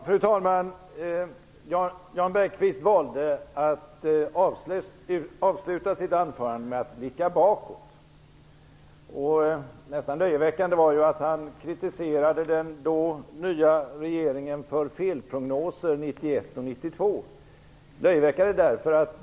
Fru talman! Jan Bergqvist valde att avsluta sitt anförande med att blicka bakåt. Nästan löjeväckande var att han kritiserade den då nya regeringen för felprognoser 1991 och 1992.